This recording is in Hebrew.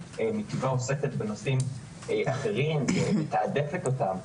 מטבעה עוסקת בנושאים אחרים ומתעדפת אותם,